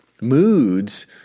moods